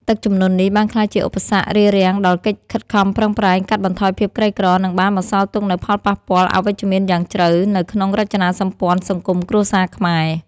ទឹកជំនន់នេះ បានក្លាយជាឧបសគ្គរារាំងដល់កិច្ចខិតខំប្រឹងប្រែងកាត់បន្ថយភាពក្រីក្រ និងបានបន្សល់ទុកនូវផលប៉ះពាល់អវិជ្ជមានយ៉ាងជ្រៅនៅក្នុងរចនាសម្ព័ន្ធសង្គមគ្រួសារខ្មែរ។